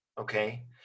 okay